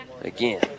again